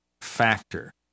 factor